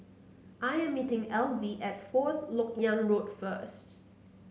I am meeting Elvie at Fourth LoK Yang Road first